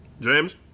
James